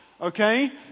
okay